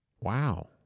wow